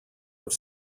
have